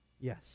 Yes